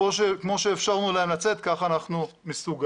כמו שאפשרנו להם לצאת כך אנחנו מסוגלים